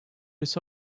this